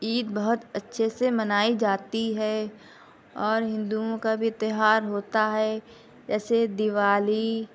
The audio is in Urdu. عید بہت اچھے سے منائی جاتی ہے اور ہندوؤں كا بھی تیوہار ہوتا ہے جیسے دیوالی